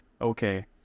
Okay